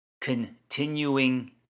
continuing